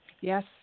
Yes